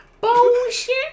bullshit